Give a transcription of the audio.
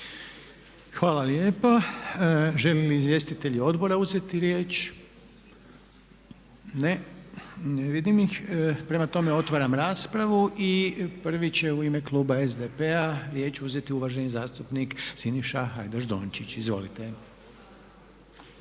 Hvala lijepa. Žele li izvjestitelji odbora uzeti riječ? Ne, ne vidim ih. Prema tome otvaram raspravu i prvi će u ime kluba SDP-a riječ uzeti uvaženi zastupnik Siniša Hajdaš Dončić. Izvolite.